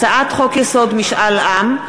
הצעת חוק-יסוד: משאל עם,